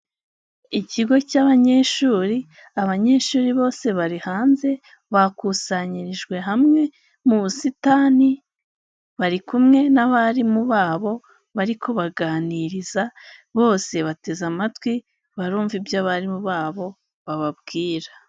ikigo cy'abanyeshuri, abanyeshuri bose bari hanze, bakusanyirijwe hamwe, mu busitani, bari kumwe n'abarimu babo, bari kubaganiriza, bose bateze amatwi, barumva ibyo abarimu babo bababwira.